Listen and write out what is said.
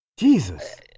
Jesus